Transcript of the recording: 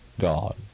God